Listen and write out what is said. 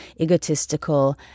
egotistical